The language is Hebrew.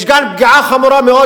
יש גם פגיעה חמורה מאוד